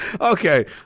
Okay